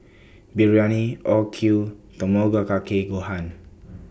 Biryani Okayu Tamago Kake Gohan